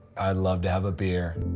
i'd love to have a beer.